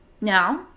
now